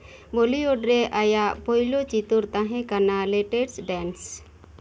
Bollywood ᱨᱮ ᱟᱭᱟᱜ ᱯᱳᱭᱞᱚ ᱪᱤᱛᱟᱹᱨ ᱛᱟᱦᱮᱸ ᱠᱟᱱᱟ ᱞᱮᱴᱮᱥᱴ ᱰᱮᱱᱥ